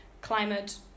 climate